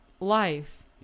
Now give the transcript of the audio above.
life